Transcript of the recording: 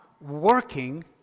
working